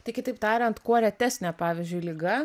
tai kitaip tariant kuo retesnė pavyzdžiui liga